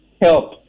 help